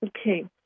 Okay